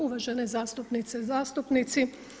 Uvažene zastupnice i zastupnici.